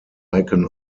icon